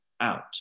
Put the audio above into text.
Out